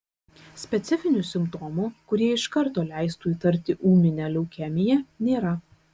specifinių simptomų kurie iš karto leistų įtarti ūminę leukemiją nėra